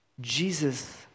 Jesus